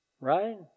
Right